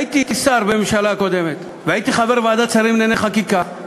הייתי שר בממשלה הקודמת והייתי חבר בוועדת שרים לענייני חקיקה.